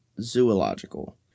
zoological